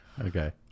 okay